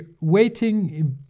waiting